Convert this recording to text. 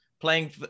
playing